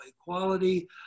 Equality